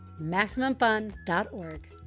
MaximumFun.org